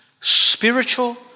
Spiritual